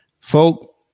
folk